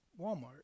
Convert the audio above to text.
Walmart